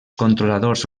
controladors